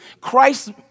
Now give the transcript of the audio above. Christ